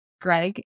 Greg